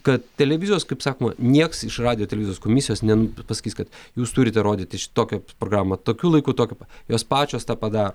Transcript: kad televizijos kaip sakoma nieks iš radijo televizijos komisijos nenu pasakys kad jūs turite rodyti š tokią programą tokiu laiku tokio pat jos pačios tą padaro